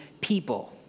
people